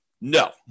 No